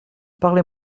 parlez